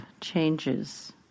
changes